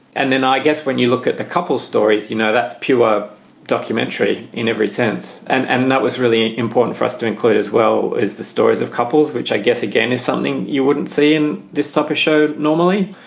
and then i guess when you look at the couple stories, you know, that's pure documentary in every sense. and and that was really important for us to include, as well as the stories of couples, which i guess, again, is something you wouldn't see in this type of show normally.